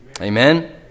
amen